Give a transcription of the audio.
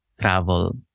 travel